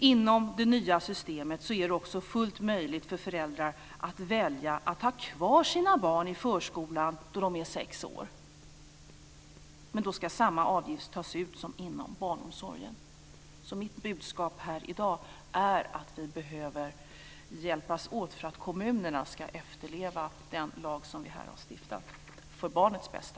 Inom det nya systemet är det också fullt möjligt för föräldrar att välja att ha kvar sina barn i förskolan då de är sex år, men då ska samma avgift tas ut som inom barnomsorgen. Mitt budskap här i dag är att vi behöver hjälpas åt för att kommunerna ska efterleva den lag som vi här har stiftat för barnets bästa.